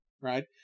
right